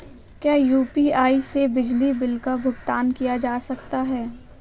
क्या यू.पी.आई से बिजली बिल का भुगतान किया जा सकता है?